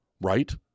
right